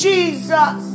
Jesus